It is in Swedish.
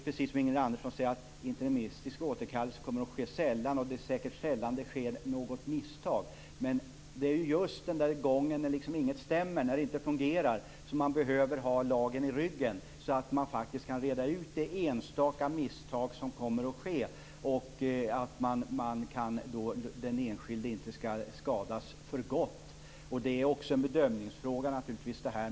Precis som Ingrid Andersson säger kommer interimistisk återkallelse att ske sällan, och det är säkert sällan som det sker något misstag. Men det är just den gången som det sker ett misstag som man behöver ha lagen i ryggen så att man kan reda ut de enstaka misstag som kan komma att ske. Annars kan den enskilde skadas för gott. Detta är också en bedömningsfråga.